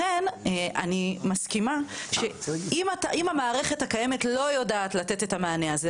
כדי לנתח סיטואציה ולייצר תוכנית עבודה,